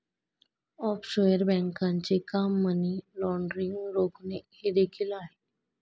offshore बँकांचे काम money laundering रोखणे हे देखील आहे